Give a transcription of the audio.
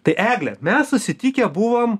tai egle mes susitikę buvom